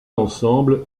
ensemble